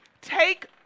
take